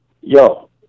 Yo